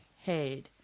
head